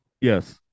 Yes